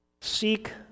seek